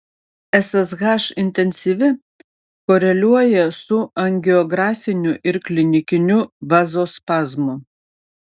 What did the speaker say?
ssh intensyvi koreliuoja su angiografiniu ir klinikiniu vazospazmu